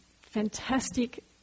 fantastic